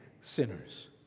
sinners